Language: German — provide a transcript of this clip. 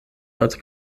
als